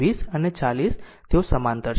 આ 20 અને 40 તેઓ સમાંતર છે